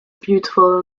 beautiful